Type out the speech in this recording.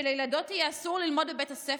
שלילדות יהיה אסור ללמוד בבית הספר?